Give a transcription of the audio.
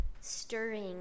stirring